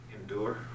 Endure